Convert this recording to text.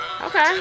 Okay